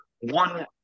one